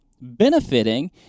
benefiting